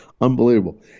Unbelievable